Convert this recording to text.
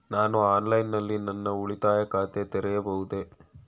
ನಾನು ಆನ್ಲೈನ್ ನಲ್ಲಿ ನನ್ನ ಉಳಿತಾಯ ಖಾತೆ ತೆರೆಯಬಹುದೇ?